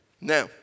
Now